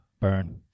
Burn